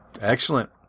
Excellent